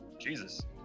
Jesus